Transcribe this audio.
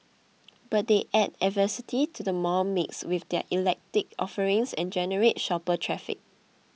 but they add diversity to the mall mix with their eclectic offerings and generate shopper traffic